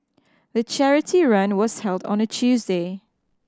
the charity run was held on a Tuesday